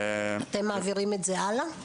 אתם מעבירים את זה הלאה?